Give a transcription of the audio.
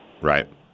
Right